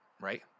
right